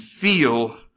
feel